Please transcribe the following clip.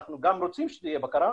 אנחנו גם רוצים שתהיה בקרה,